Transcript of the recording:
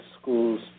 schools